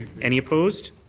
any opposed?